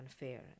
unfair